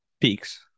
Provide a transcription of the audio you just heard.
Peaks